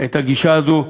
את הגישה הזאת,